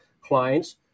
clients